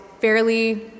fairly